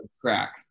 crack